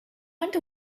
went